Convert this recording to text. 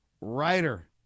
writer